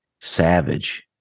Savage